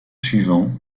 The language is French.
suivant